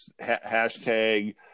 hashtag